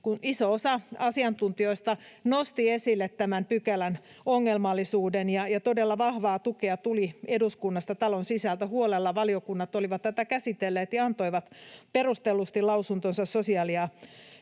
iso osa asiantuntijoista nosti esille tämän pykälän ongelmallisuuden ja todella vahvaa tukea tuli eduskunnasta, talon sisältä. Huolella valiokunnat olivat tätä käsitelleet ja antoivat perustellusti lausuntonsa sosiaali- ja